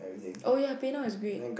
oh ya PayNow is great